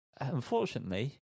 unfortunately